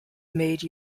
made